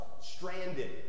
Stranded